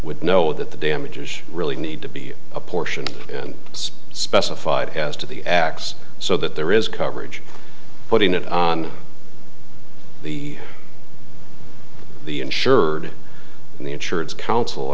would know that the damages really need to be apportioned and specified as to the acts so that there is coverage putting it on the the insured and the insurance council